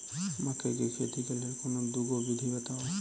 मकई केँ खेती केँ लेल कोनो दुगो विधि बताऊ?